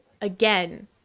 again